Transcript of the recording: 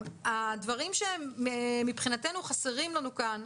הדברים שמבחינתנו חסרים לנו כאן,